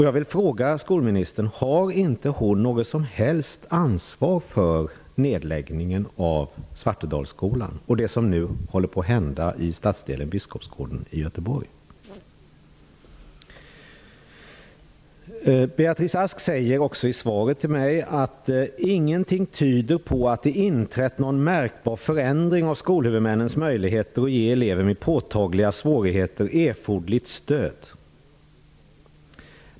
Jag vill fråga skolministern: Har inte skolministern något som helst ansvar för nedläggningen av Svartedalsskolan och det som nu håller på att hända i stadsdelen Biskopsgården i Göteborg? Beatrice Ask säger också i svaret till mig att ingenting tyder på att det inträtt någon märkbar förändring av skolhuvudmännens möjligheter att ge elever med påtagliga svårigheter erforderligt stöd.